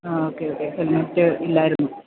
ആ okay okay helmet ഇല്ലായിരുന്നു